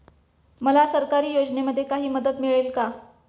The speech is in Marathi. मला सरकारी योजनेमध्ये काही मदत मिळेल का?